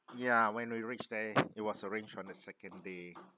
ya when we reached there it was arranged on the second day